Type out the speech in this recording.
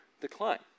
decline